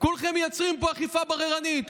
כולכם מייצרים פה אכיפה בררנית,